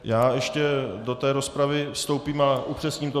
Já ještě do té rozpravy vstoupím a upřesním to.